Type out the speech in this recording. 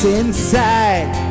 inside